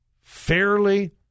fairly